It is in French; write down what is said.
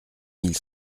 mille